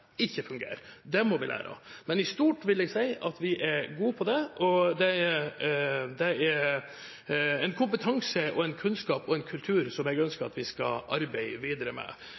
ikke fungerer. Det må vi lære av, men i stort vil jeg si at vi er gode på det, og det er en kompetanse, en kunnskap og en kultur som jeg ønsker at vi skal arbeide videre med.